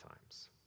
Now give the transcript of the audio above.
times